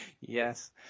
Yes